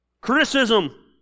Criticism